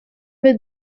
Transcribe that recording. with